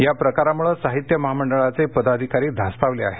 या प्रकारामुळे साहित्य महामंडळाचे पदाधिकारी धास्तावले आहेत